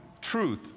truth